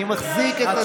אני מחזיק את עצמי.